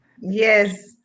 Yes